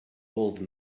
old